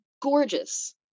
gorgeous